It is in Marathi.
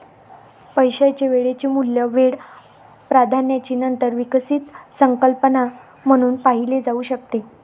पैशाचे वेळेचे मूल्य वेळ प्राधान्याची नंतर विकसित संकल्पना म्हणून पाहिले जाऊ शकते